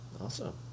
Awesome